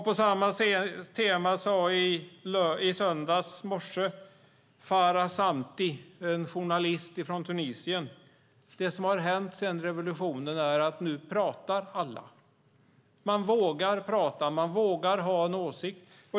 På samma tema sade i söndags morse Farah Sanmti, en journalist från Tunisien, att det som har hänt sedan revolutionen är att nu pratar alla. Man vågar prata. Man vågar ha en åsikt.